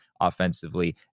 offensively